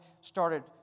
started